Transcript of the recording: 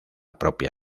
propia